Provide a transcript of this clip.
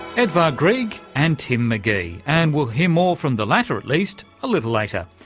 edvard grieg and tim mcgee, and we'll hear more from the latter, at least, a little later.